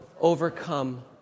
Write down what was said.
overcome